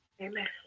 Amen